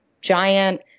giant